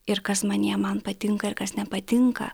ir kas manyje man patinka ir kas nepatinka